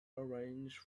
orange